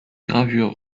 gravures